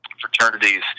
fraternities